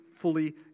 fully